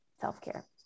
self-care